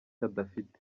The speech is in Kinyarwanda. adafite